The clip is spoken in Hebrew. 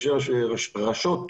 ראשי רשויות,